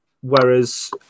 whereas